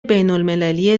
بینالمللی